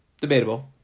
Debatable